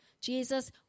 Jesus